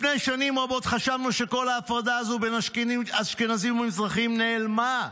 לפני שנים רבות חשבנו שכל ההפרדה הזאת בין אשכנזים למזרחים --- נעלמה,